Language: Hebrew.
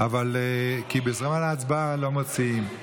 כי בזמן ההצבעה לא מוציאים.